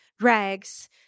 rags